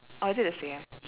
or is it the same